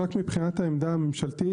רק מבחינת העמדה הממשלתית,